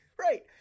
Right